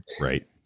Right